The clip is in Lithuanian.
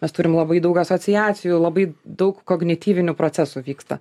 mes turim labai daug asociacijų labai daug kognityvinių procesų vyksta